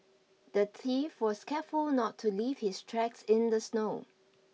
the thief was careful not leave his tracks in the snow